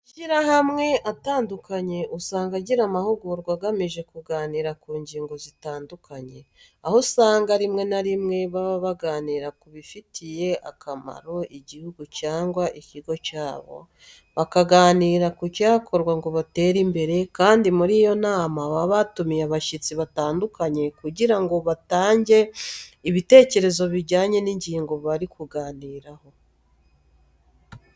Amashyirahamwe atandukanye usanga agira amahugurwa agamije kuganira ku ngingo zitandukanye, aho usanga rimwe na rimwe baba baganira kubifitiye akamaro igihugu cyangwa ikigo cyabo, bakaganira ku cyakorwa ngo batere imbere, kandi muri iyo nama baba batumiye abashyitsi batandukanye kugira ngo batange ibitekerezo bijyanye n'ingingo bari kuganiraho.